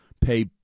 pay